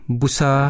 busa